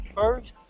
first